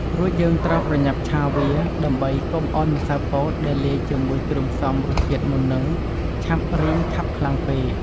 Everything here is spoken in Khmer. រួចយើងត្រូវប្រញ៉ាប់ឆាវា ដើម្បីកុំឲ្យម្សៅពោតដែលលាយជាមួយគ្រឿងផ្សំរសជាតិមុននឹងឆាប់រីងខាប់ខ្លាំងពេក។